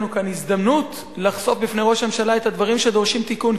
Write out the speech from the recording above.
יש לנו כאן הזדמנות לחשוף בפני ראש הממשלה את הדברים שדורשים תיקון,